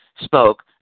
spoke